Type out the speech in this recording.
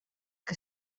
que